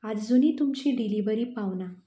आजूनय तुमची डिलीवरी पावूना